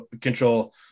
control